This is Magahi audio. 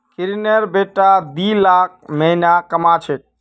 किरनेर बेटा दी लाख महीना कमा छेक